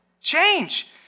change